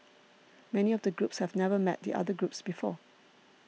many of the groups have never met the other groups before